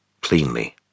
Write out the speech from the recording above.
cleanly